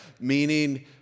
Meaning